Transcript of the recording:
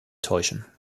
täuschen